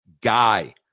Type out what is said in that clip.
guy